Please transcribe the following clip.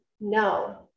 no